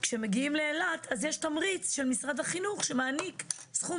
כשמגיעים לאילת אז יש תמריץ של משרד החינוך שמעניק סכום